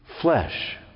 flesh